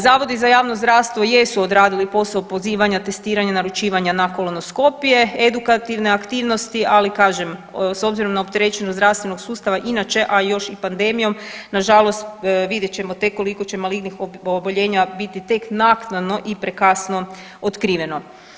Zavodi za javno zdravstvo jesu odradili posao pozivanja, testiranja, naručivanja na kolanoskopije, edukativne aktivnosti ali kažem s obzirom na opterećenost zdravstvenog sustava inače, a još i pandemijom nažalost vidjet ćemo tek koliko će malignih oboljenja biti tek naknadno i prekasno otkriveno.